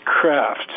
craft